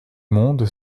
monde